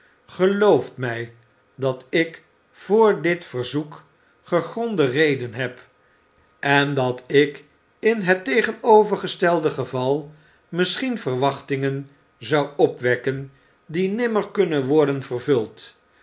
gelooft mij dat ik voor dit verzoek gegronde redenen heb en dat ik in het tegenovergestelde geval misschien verwachtingen zou opwekken die nimmer kunnen worden vervuld